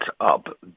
up